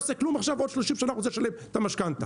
עכשיו הוא לא עושה כלום עוד 30 שנה צריך לשלם את המשכנתה.